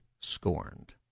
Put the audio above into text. scorned